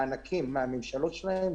מענקים מהממשלות שלהן,